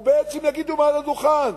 ובעצם יגידו מעל הדוכן: